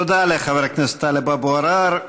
תודה לחבר הכנסת טלב אבו עראר.